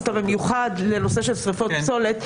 אותה במיוחד לנושא של שריפות פסות,